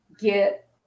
get